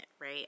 right